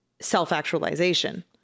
self-actualization